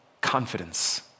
confidence